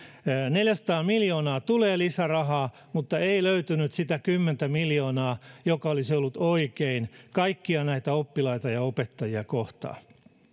neljäsataa miljoonaa tulee lisärahaa mutta ei löytynyt sitä kymmentä miljoonaa joka olisi ollut oikein kaikkia näitä oppilaita ja opettajia kohtaan